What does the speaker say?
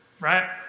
Right